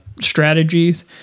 strategies